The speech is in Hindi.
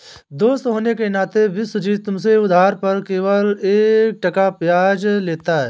दोस्त होने के नाते विश्वजीत मुझसे उधार पर केवल एक टका ब्याज लेता है